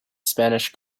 spanish